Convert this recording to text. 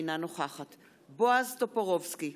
אינה נוכחת בועז טופורובסקי,